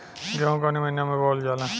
गेहूँ कवने महीना में बोवल जाला?